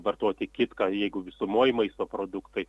vartoti kitką jeigu visumoj maisto produktai